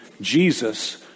Jesus